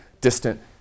distant